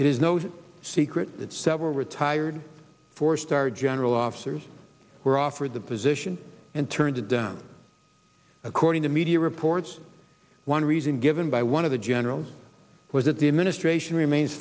no secret that several retired four star general officers were offered the position and turned it down according to media reports one reason given by one of the generals was that the administration remains